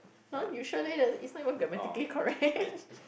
!huh! you sure there a it's not even grammatically correct